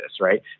right